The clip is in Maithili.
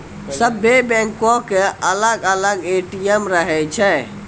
सभ्भे बैंको के अलग अलग ए.टी.एम रहै छै